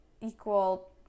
equal